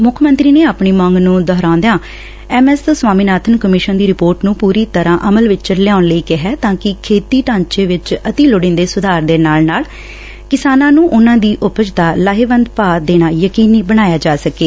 ਮੁੱਖ ਮੰਤਰੀ ਨੇ ਆਪਣੀ ਮੰਗ ਨੂੰ ਦੁਹਰਾਉਦਿਆਂ ਐਮਐਸ ਸਵਾਮੀਨਾਬਨ ਕਮਿਸ਼ਨ ਦੀ ਰਿਪੋਰਟ ਨੂੰ ਪੁਰੀ ਤਰ੍ਹਾਂ ਅਮਲ ਵਿੱਚ ਲਿਆਉਣ ਲਈ ਕਿਹਾ ਤਾਂ ਕਿ ਖੇਤੀ ਢਾਂਚੇ ਵਿੱਚ ਅਤਿ ਲੋੜੀਦੇ ਸੁਧਾਰ ਦੇ ਨਾਲ ਨਾਲ ਕਿਸਾਨਾਂ ਨੂੰ ਉਨੂੰ ਦੀ ਉਪਜ ਦਾ ਲਾਹੇਵੰਦ ਭਾਅ ਦੇਣਾ ਯਕੀਨੀ ਬਣਾਇਆ ਜਾ ਸਕੇ